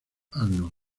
arnold